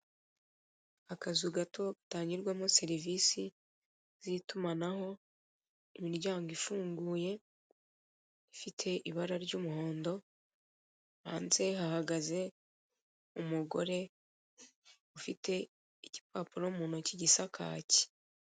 Akazu gato gatangirwamo serivisi z'itumanaho, imiryango ifunguye ifite ibara ry'umuhondo, hanze hahagaze umugore ufite igipapuro mu ntoki gisa kaki.